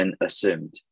assumed